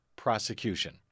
prosecution